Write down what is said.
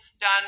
done